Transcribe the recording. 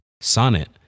Sonnet